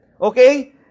Okay